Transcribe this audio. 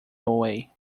away